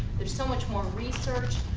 there's so much more research.